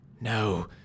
no